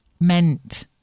meant